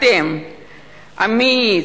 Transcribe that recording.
אתם המאיץ,